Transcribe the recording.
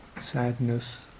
sadness